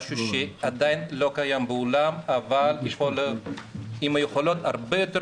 משהו שעדיין לא קיים בעולם אבל עם יכולות הרבה יותר